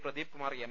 പ്ര ദീപ് കുമാർ എം